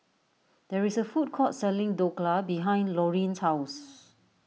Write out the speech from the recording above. there is a food court selling Dhokla behind Lorine's house